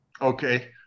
Okay